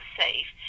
safe